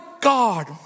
God